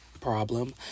problem